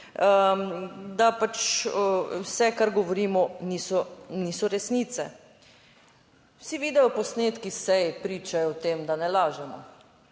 da vse kar govorimo, niso resnice. Vsi videoposnetki sej pričajo o tem, da ne lažemo.